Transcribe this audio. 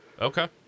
Okay